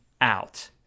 out